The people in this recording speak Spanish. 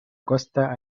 costa